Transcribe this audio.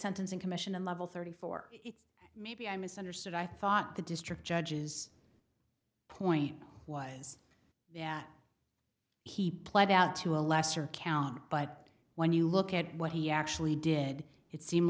sentencing commission on level thirty four maybe i misunderstood i thought the district judges point was that he pled out to a lesser count but when you look at what he actually did it seem